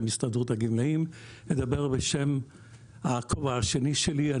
הסתדרות הגמלאים אלא אדבר בשם הכובע השני שלי.